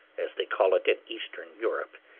as they call it in eastern europe,